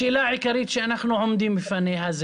השאלה העיקרית שאנחנו עומדים בפניה היא